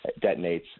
detonates